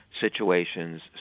situations